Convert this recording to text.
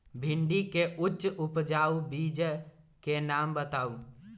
भिंडी के उच्च उपजाऊ बीज के नाम बताऊ?